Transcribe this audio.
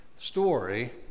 story